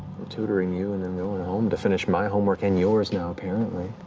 tutoring you and then going home to finish my homework and yours now, apparently.